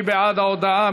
מי בעד ההודעה?